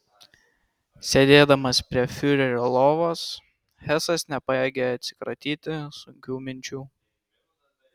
sėdėdamas prie fiurerio lovos hesas nepajėgė atsikratyti sunkių minčių